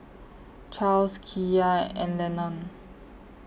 Charles Kiya and Lennon